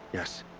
yes.